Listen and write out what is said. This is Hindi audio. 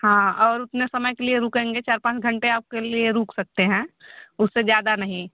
हाँ और उतने समय के लिए रुकेंगे चार पाँच घंटे आपके लिए रुक सकते हैं उससे ज़्यादा नहीं